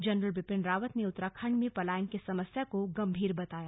general Bipin Rawat ने उत्तराखंड में पलायन की समस्या को गंभीर बताया